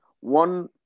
One